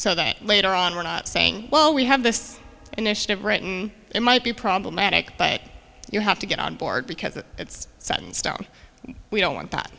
so that later on we're not saying well we have this initiative written it might be problematic but you have to get on board because it's set in stone we don't want that